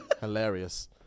Hilarious